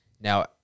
now